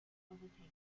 overtaken